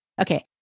Okay